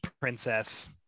Princess